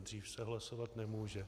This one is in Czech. Dřív se hlasovat nemůže.